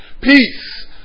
Peace